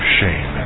shame